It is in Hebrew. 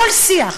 כל שיח,